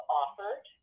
offered